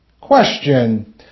Question